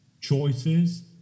choices